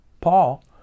Paul